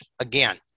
again